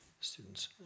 Students